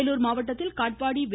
வேலூர் மாவட்டத்தில் காட்பாடி மேலும்